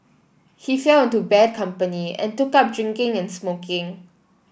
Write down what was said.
he fell into bad company and took up drinking and smoking